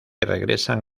regresan